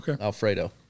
Alfredo